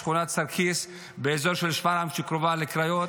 שכונת סרקיס באזור של שפרעם שקרובה לקריות.